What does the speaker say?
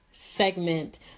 Segment